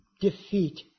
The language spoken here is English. defeat